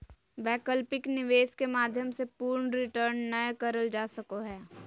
वैकल्पिक निवेश के माध्यम से पूर्ण रिटर्न नय करल जा सको हय